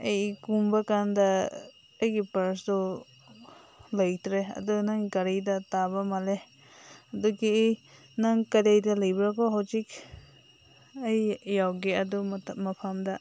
ꯑꯩ ꯀꯨꯝꯕ ꯀꯥꯟꯗ ꯑꯩꯒꯤ ꯄꯔꯁꯇꯣ ꯂꯩꯇ꯭ꯔꯦ ꯑꯗꯨ ꯅꯪꯒꯤ ꯒꯥꯔꯤꯗ ꯇꯥꯕ ꯃꯥꯜꯂꯦ ꯑꯗꯨꯒꯤ ꯅꯪ ꯀꯗꯥꯏꯗ ꯂꯩꯕ꯭ꯔꯀꯣ ꯍꯧꯖꯤꯛ ꯑꯩ ꯌꯧꯒꯦ ꯑꯗꯨ ꯃꯐꯝꯗ